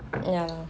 ya